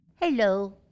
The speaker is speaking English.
Hello